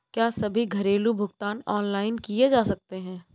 क्या सभी घरेलू भुगतान ऑनलाइन किए जा सकते हैं?